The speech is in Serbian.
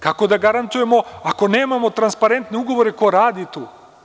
Kako da garantujemo ako nemamo transparentne ugovore ko radi tu?